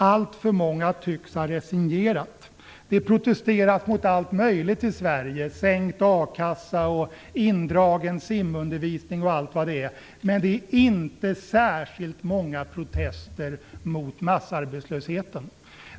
Alltför många tycks ha resignerat. Det protesteras mot allt möjligt i Sverige - sänkt a-kassa och indragen simundervisning, t.ex. - men det är inte särskilt många protester mot massarbetslösheten.